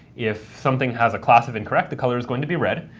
if something has a class of incorrect, the color is going to be red.